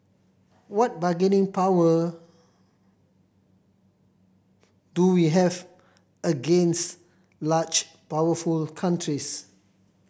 what bargaining power do we have against large powerful countries